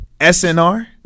SNR